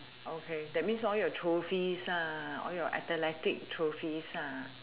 okay that means all your trophies lah all your athletics trophies ah